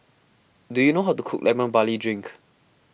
do you know how to cook Lemon Barley Drink